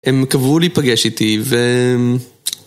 הם קבעו להיפגש איתי ו...